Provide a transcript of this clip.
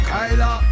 Kaila